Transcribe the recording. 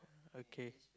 okay